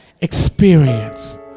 experience